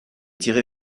tirée